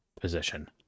position